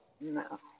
No